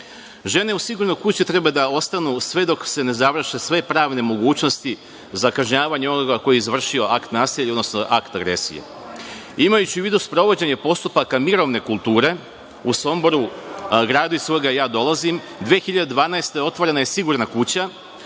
u sigurnoj kući treba da ostane sve dok se ne završe sve pravne mogućnosti za kažnjavanje onoga ko je izvršio akt nasilja, odnosno akt agresije. Imajući u vidu sprovođenje postupaka mirovne kulture, u Somboru, gradu iz kog ja dolazim, 2012. godine otvorena je sigurna kuća